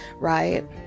right